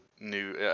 new